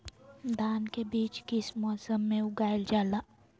धान के बीज किस मौसम में उगाईल जाला?